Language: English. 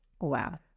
Wow